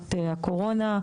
לתקופת הקורונה,